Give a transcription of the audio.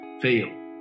fail